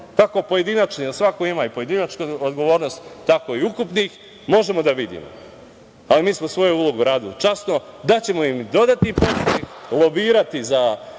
kako pojedinačnih, a svako ima i pojedinačnu odgovornost, tako i ukupnih, možemo da vidimo, ali mi smo svoju ulogu uradili časno. Daćemo im i dodatni podstrek, lobirati u